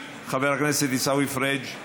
חבר הכנסת עיסאווי פריג'